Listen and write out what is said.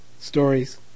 stories